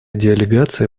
делегация